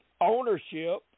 ownership